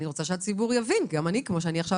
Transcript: אני רוצה שהציבור יבין כמו שאני עכשיו